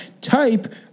type